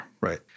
right